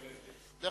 בלי